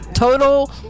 Total